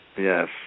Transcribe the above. Yes